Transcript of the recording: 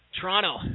Toronto